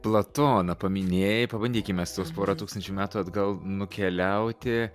platoną paminėjai pabandykim mes tuos porą tūkstančių metų atgal nukeliauti